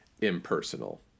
impersonal